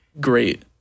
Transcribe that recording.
great